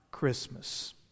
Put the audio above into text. Christmas